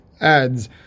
adds